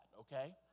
okay